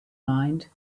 mind